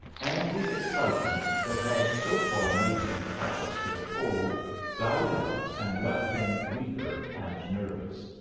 and the excitement that had so far made him callous to the cold died out and left him weaker and nervous.